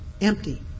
empty